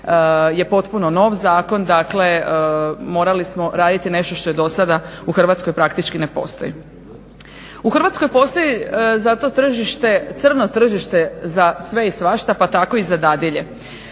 je potpuno nov zakon, dakle morali smo raditi nešto što je dosada u Hrvatskoj praktički ne postoji. U Hrvatskoj postoji za to tržište, crno tržište za sve i svašta pa tako i za dadilje.